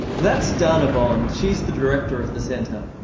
that's dahna bond, she's the director of the centre.